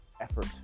effort